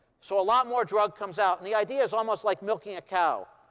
so a lot more drug comes out. and the idea is almost like milking a cow.